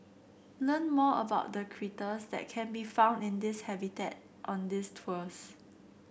learn more about the critters that can be found in this habitat on these tours